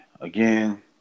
again